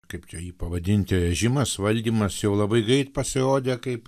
kaip čia jį pavadinti režimas valdymas jau labai greit pasirodė kaip